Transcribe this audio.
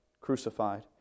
Crucified